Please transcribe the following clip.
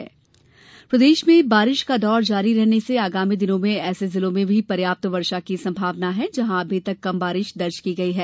मौसम प्रदेश में बारिश का दौर जारी रहने से आगामी दिनों में ऐसे जिलों में भी पर्याप्त वर्षा की संभावना हैं जहां अभी तक कम बारिश दर्ज की गयी है